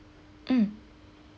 mm